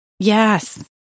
Yes